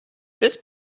this